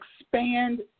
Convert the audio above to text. expand